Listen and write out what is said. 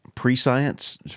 Pre-science